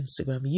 Instagram